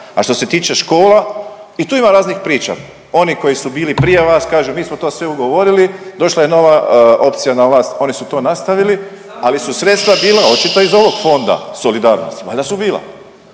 A što se tiče škola i tu ima raznih priča. Oni koji su bili prije vas kažem mi smo sve to ugovorili. Došla je nova opcija na vlast oni su to nastavili, ali su sredstva bila očito iz ovog Fonda solidarnosti, valjda su bila.